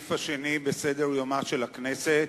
לסעיף השני בסדר-יומה של הכנסת: